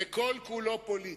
וכל כולו פוליטי.